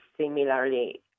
similarly